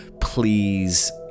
please